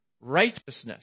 righteousness